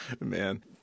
man